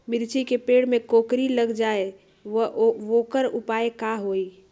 मिर्ची के पेड़ में कोकरी लग जाये त वोकर उपाय का होई?